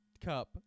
cup